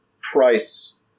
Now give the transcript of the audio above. price